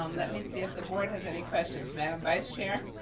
um let me see if the board has any questions, madam vice chair.